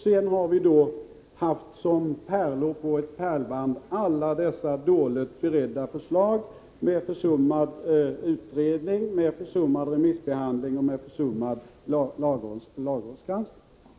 Sedan har vi som pärlor på ett pärlband haft alla dessa dåligt beredda förslag med försummade utredningar, med försummad remissbehandling och med försummad lagrådsgranskning.